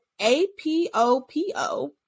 APOPO